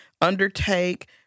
undertake